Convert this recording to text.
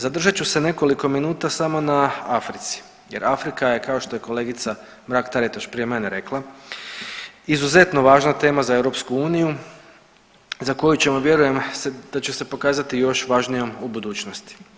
Zadržat ću se nekoliko minuta samo na Africi, jer Afrika je kao što je kolegica Mrak-Taritaš prije mene rekla izuzetno važna tema za EU za koju ćemo vjerujem da će se pokazati još važnijom u budućnosti.